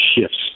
shifts